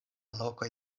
lokoj